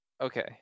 okay